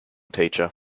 teacher